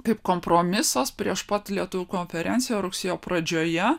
kaip kompromisas prieš pat lietuvių konferenciją rugsėjo pradžioje